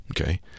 Okay